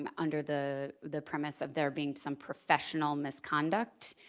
um under the the premise of there being some professional misconduct,